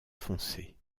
foncé